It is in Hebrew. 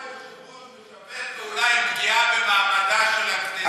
אבל למה היושב-ראש משתף פעולה עם פגיעה במעמדה של הכנסת?